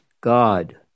God